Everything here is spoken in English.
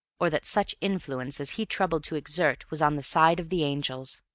or that such influence as he troubled to exert was on the side of the angels.